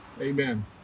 Amen